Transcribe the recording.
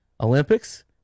olympics